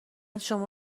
شما